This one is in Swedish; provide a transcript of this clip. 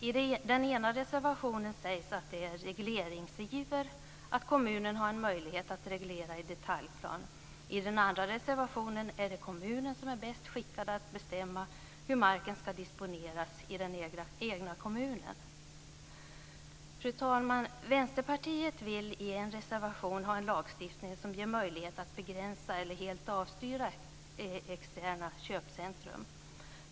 I den ena reservationen sägs att det är regleringsiver att kommunen har en möjlighet att reglera i detaljplan, i den andra reservationen är det kommunen som är bäst skickad att bestämma hur marken ska disponeras i den egna kommunen. Fru talman! Vänsterpartiet vill i en reservation ha en lagstiftning som ger möjlighet att begränsa eller helt avstyra externa köpcentrum.